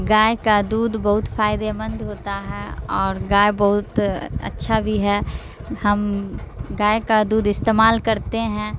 گائے کا دودھ بہت فائدے مند ہوتا ہے اور گائے بہت اچھا بھی ہے ہم گائے کا دودھ استعمال کرتے ہیں